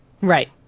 Right